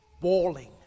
bawling